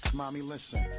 mommy, listen.